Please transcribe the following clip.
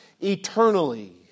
eternally